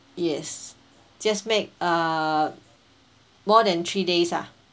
yes just make uh more than three days ah